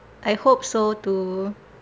I hope so too